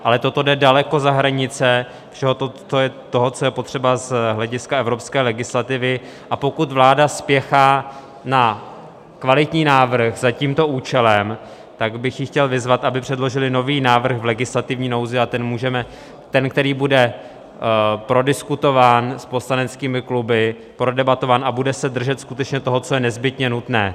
Ale toto jde daleko za hranice všeho toho, co je potřeba z hlediska evropské legislativy, a pokud vláda spěchá na kvalitní návrh za tímto účelem, tak bych ji chtěl vyzvat, aby předložili nový návrh v legislativní nouzi, ten, který bude prodiskutován s poslaneckými kluby, prodebatován a bude se držet skutečně toho, co je nezbytně nutné.